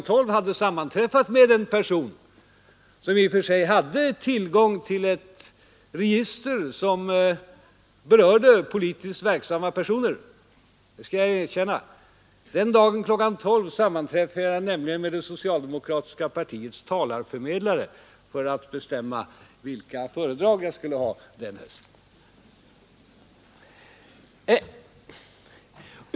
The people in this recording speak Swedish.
12 hade jag sammanträffat med en person som i och för sig hade tillgång till ett register som berörde politiskt verksamma personer, det skall jag erkänna. Den dagen kl. 12 sammanträffade jag nämligen med det socialdemokratiska partiets talarförmedlare för att bestämma vilka föredrag jag skulle hålla den hösten.